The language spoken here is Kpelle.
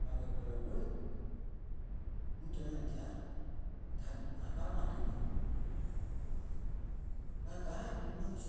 ɓa kɛ́ kpɛlɛɛ woo ɓôi núu ta ní dia da ŋ̀aa káa ma dí mɛni ɓa gàa lonii ma ŋí su